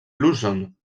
luzon